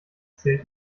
zählt